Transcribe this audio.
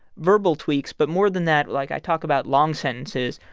verbal tweaks. but more than that, like, i talk about long sentences.